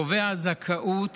קובע זכאות